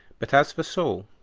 but as for saul,